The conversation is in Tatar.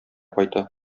кайта